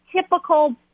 typical